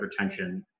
hypertension